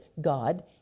God